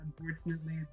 unfortunately